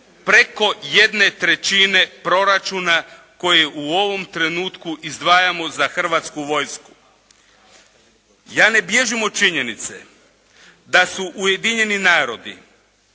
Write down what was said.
preko 1/3 proračuna koji u ovom trenutku izdvajamo za hrvatsku vojsku. Ja ne bježim od činjenice da su Ujedinjeni narodi